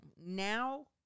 Now